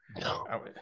No